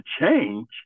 change